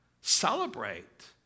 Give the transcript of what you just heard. Celebrate